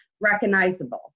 recognizable